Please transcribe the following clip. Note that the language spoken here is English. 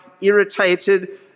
irritated